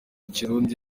ikirundi